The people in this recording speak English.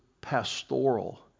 pastoral